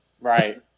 Right